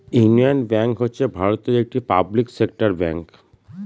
union Bank হচ্ছে ভারতের একটি পাবলিক সেক্টর ব্যাঙ্ক